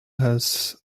has